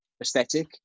aesthetic